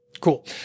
Cool